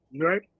right